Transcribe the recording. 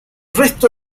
resto